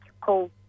call